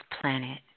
planet